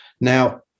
now